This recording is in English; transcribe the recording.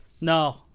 No